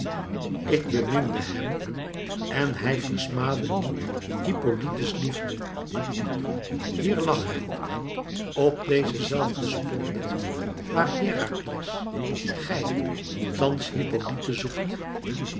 ik beminde hem en hij versmaadde niet hippolyte's liefde hièr lag hij op deze zelfde sponde waar herakles gij thans hippolyte zoekt